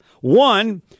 One